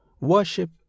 Worship